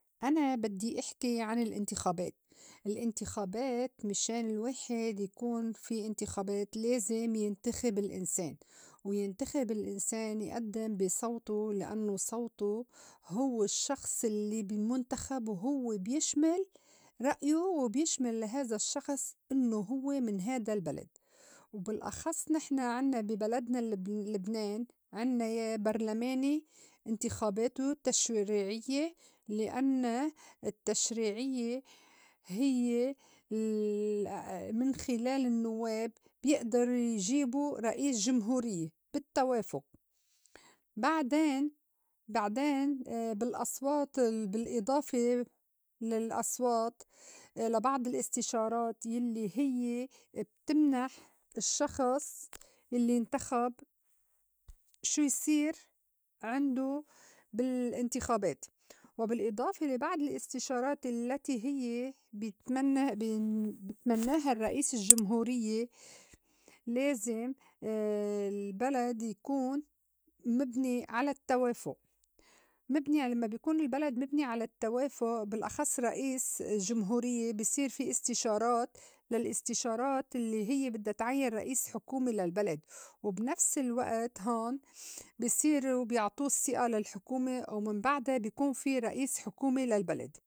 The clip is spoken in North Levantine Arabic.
أنا بدّي أحكي عن الانتخابات. الانتخابات مِشان الواحد يكون في انتخابات لازم ينتخب الإنسان. وينتخب الإنسان يقدّم بي صوته لإنّو صوته هوّ الشّخص الّي مُنتخب وهوّ بيشمِل رأيه وبيشمِل لهاذا الشّخص إنّو هوّ من هيدا البلد. وبالأخص نحن عنّا بي بلدنا لب- لبنان عنا يا برلماني انتخاباته تشريعيّة لأنّا التشريعيّة هيّ ال من خِلال النوّاب بيئدرُ يجيبوا رئيس جمهوريّة بالتوافق بعدين- بعدين بالأصوات. ال- بالإضافة للأصوات لبعض الاستشارات يلّي هيّ ابتمنح الشّخص يلّي انتخب شو يصير عِنده بالانتخابات، وبالإضافة لا بعد الاستشارات الّتي هيّ بيتمنّ- بيتمنّاها الرّئيس الجمهوريّة لازم البلد يكون مبني على التّوافُق. مبني على ما بيكون البلد مبني على التوافق بالأخص رئيس جمهوريّة بصير في استشارات للاستشارات الّي هيّ بدّا تعيّن رئيس حكومة للبلد وبنفس الوقت هون بصيره بيعطو الثقة للحكومة ومن بعدا بي كون في رئيس حكومة للبلد.